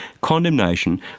condemnation